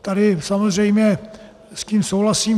Tady samozřejmě s tím souhlasím.